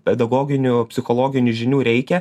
pedagoginių psichologinių žinių reikia